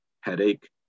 headache